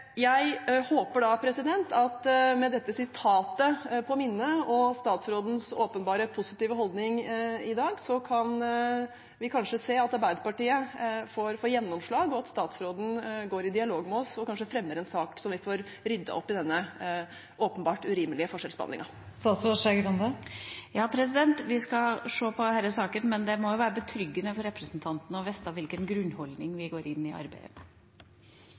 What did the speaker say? Jeg håper at med dette sitatet i minne og statsrådens åpenbare positive holdning i dag, så kan vi kanskje se at Arbeiderpartiet får gjennomslag, og at statsråden går i dialog med oss og kanskje fremmer en sak, så vi får ryddet opp i denne åpenbart urimelige forskjellsbehandlingen. Vi skal se på denne saken, men det må være betryggende for representanten å vite hvilken grunnholdning vi går inn i arbeidet med.